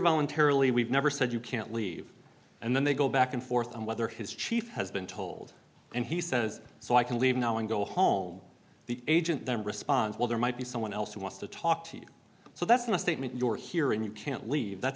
voluntarily we've never said you can't leave and then they go back and forth and whether his chief has been told and he says so i can leave now and go home the agent then responds well there might be someone else who wants to talk to you so that's my statement your hearing you can't leave that